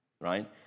right